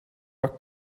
war